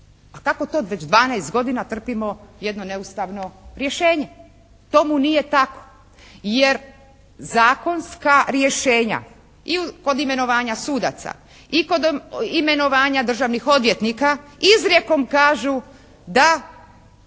A kako to već 12 godina trpimo jednostavno rješenje? Tomu nije tako. Jer zakonska rješenja i kod imenovanja sudaca i kod imenovanja državnog odvjetnika izrijekom kažu da